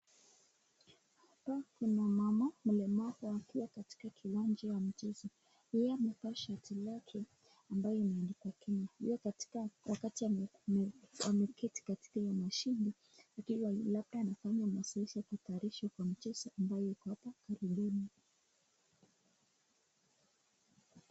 Hapa kuna mama mmoja mlemavu anacheza katika kiwanja ya mchezo. Yeye amevaa t-shirt yake ambayo imeandikwa Kenya. Yeye katika wakati ameketi katika hiyo mashine labda anafanya mazoezi ya kujiandaa kwa mchezo ambayo iko hapa karibuni.